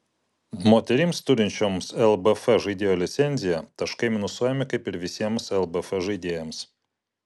moterims turinčioms lbf žaidėjo licenciją taškai minusuojami kaip ir visiems lbf žaidėjams